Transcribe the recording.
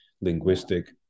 linguistic